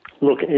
Look